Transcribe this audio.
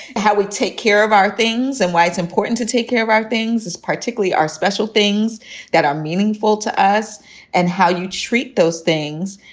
how we take care of our things and why it's important to take care of our things, particularly our special things that are meaningful to us and how you treat those things.